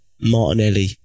Martinelli